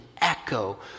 echo